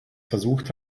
versucht